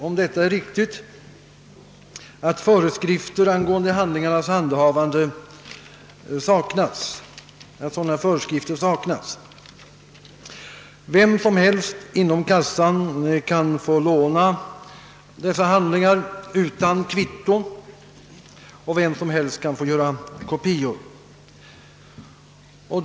Om det är riktigt att föreskrifter angående handlingarnas handhavande saknas, är detta anmärkningsvärt. Vem som helst inom kassan kan få låna dessa handlingar utan kvitto, och vem som helst kan få göra kopior av dem.